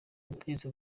ubutegetsi